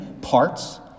parts